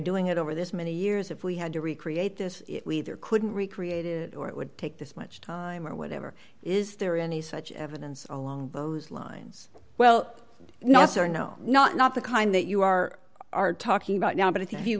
doing it over this many years if we had to recreate this we there couldn't recreate it or it would take this much time or whatever is there any such evidence along those lines well no sir no not not the kind that you are talking about now but if you